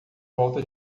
volta